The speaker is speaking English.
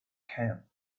camp